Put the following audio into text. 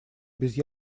без